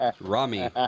Rami